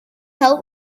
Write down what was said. help